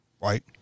right